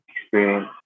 experience